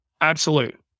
Absolute